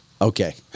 Okay